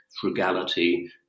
frugality